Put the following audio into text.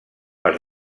per